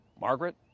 Margaret